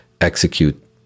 execute